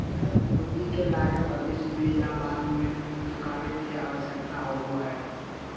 पूंजी की लागत भविष्य में या बाद में चुकावे के आवश्यकता होबय हइ